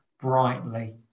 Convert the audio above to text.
brightly